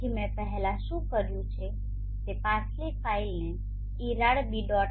તેથી મેં પહેલા શું કર્યું છે તે પાછલી ફાઇલને irradB